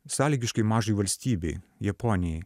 sąlygiškai mažai valstybei japonijai